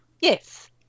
Yes